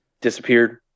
disappeared